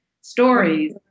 stories